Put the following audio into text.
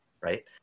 right